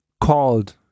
called